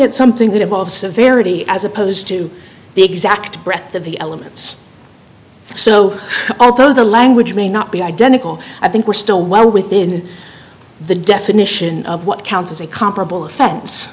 at something that involves a verity as opposed to the exact breath of the elements so the language may not be identical i think we're still well within the definition of what counts as a comparable